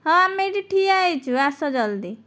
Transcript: ହଁ ଆମେ ଏଇଠି ଠିଆ ହୋଇଛୁ ଆସ ଜଲ୍ଦି